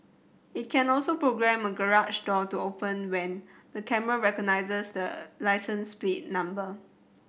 it can also programme a garage door to open when the camera recognized the license number